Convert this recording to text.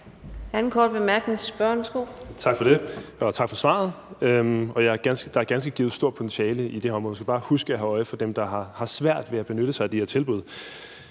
Tak for det, og tak for svaret. Der er ganske givet stort potentiale i det her område. Vi skal bare huske at have øje for dem, der har svært ved at benytte sig af de her tilbud.